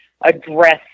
address